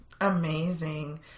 Amazing